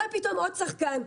יהיה פתאום עוד שחקן.